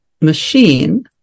machine